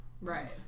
Right